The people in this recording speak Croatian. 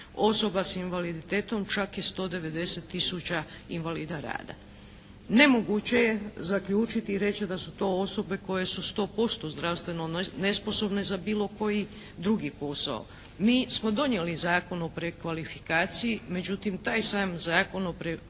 osoba sa invaliditetom čak je 190 tisuća invalida rada. Nemoguće je zaključiti i reći da su to osobe koje su 100% zdravstveno nesposobne za bilo koji drugi posao. Mi smo donijeli Zakon o prekvalifikaciji međutim taj sam Zakon o prekvalifikaciji